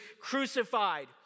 crucified